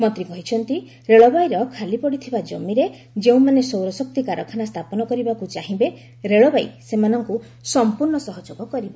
ମନ୍ତ୍ରୀ କହିଛନ୍ତି ରେଳବାଇର ଖାଲି ପଡ଼ିଥିବା ଜମିରେ ଯେଉଁମାନେ ସୌରଶକ୍ତି କାରଖାନା ସ୍ଥାପନ କରିବାକୁ ଚାହିଁବେ ରେଳବାଇ ସେମାନଙ୍କୁ ସମ୍ପର୍ଣ୍ଣ ସହଯୋଗ କରିବ